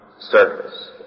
surface